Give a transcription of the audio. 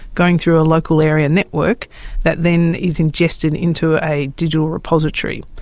going through a local area network that then is ingested into a digital repository,